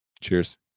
cheers